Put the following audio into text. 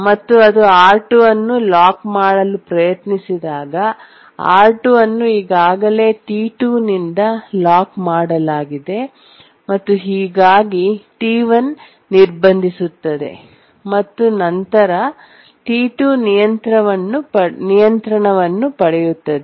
ಮತ್ತು ಅದು R2 ಅನ್ನು ಲಾಕ್ ಮಾಡಲು ಪ್ರಯತ್ನಿಸಿದಾಗ R2 ಅನ್ನು ಈಗಾಗಲೇ T2 ನಿಂದ ಲಾಕ್ ಮಾಡಲಾಗಿದೆ ಮತ್ತು ಹೀಗಾಗಿ T1 ನಿರ್ಬಂಧಿಸುತ್ತದೆ ಮತ್ತು ನಂತರ T2 ನಿಯಂತ್ರಣವನ್ನು ಪಡೆಯುತ್ತದೆ